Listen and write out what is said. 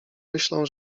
myślą